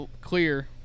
clear –